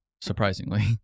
surprisingly